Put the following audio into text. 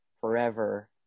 forever